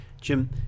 Jim